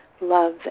love